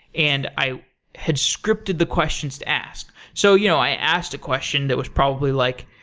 and i had scripted the questions to ask. so you know i asked a question that was probably like,